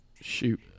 Shoot